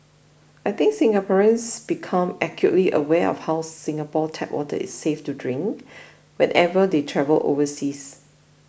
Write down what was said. I think Singaporeans become acutely aware of how Singapore tap water is safe to drink whenever they travel overseas